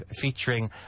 featuring